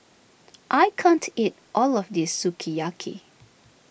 I can't eat all of this Sukiyaki